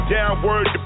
Downward